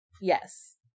Yes